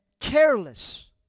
careless